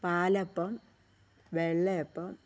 palappam വെള്ളയപ്പം